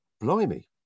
Blimey